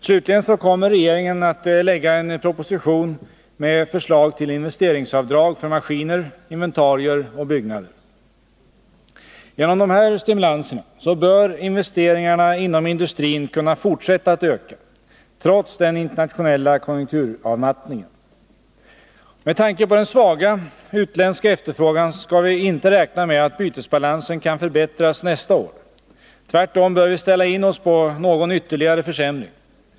Slutligen kommer regeringen att lägga en proposition med förslag till investeringsavdrag för maskiner, inventarier och byggnader. Genom dessa stimulanser bör investeringarna inom industrin kunna fortsätta att öka trots den internationella konjunkturavmattningen. Med tanke på den svaga utländska efterfrågan skall vi inte räkna med att bytesbalansen kan förbättras nästa år. Tvärtom bör vi ställa in oss på någon ytterligare försämring.